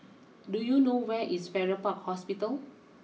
do you know where is Farrer Park Hospital